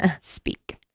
Speak